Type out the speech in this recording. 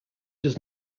does